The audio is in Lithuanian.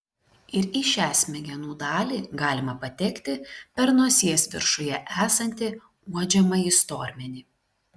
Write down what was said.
ir į šią smegenų dalį galima patekti per nosies viršuje esantį uodžiamąjį stormenį